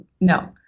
no